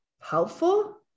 helpful